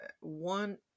one